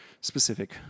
specific